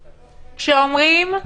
כשאומרים,